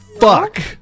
fuck